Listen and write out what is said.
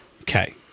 Okay